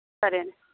సరెండి